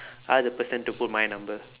ask the person to put my number